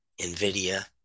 NVIDIA